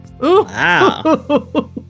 Wow